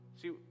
See